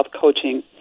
coaching